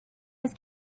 his